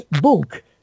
book